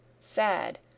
SAD